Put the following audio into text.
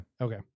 Okay